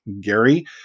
Gary